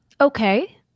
Okay